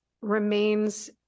remains